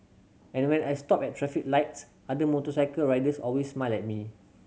and when I stop at traffic lights other motorcycle riders always smile at me